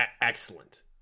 Excellent